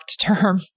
term